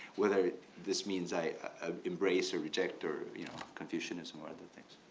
whether this means i embrace or reject or you know confucianism or other things.